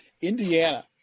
indiana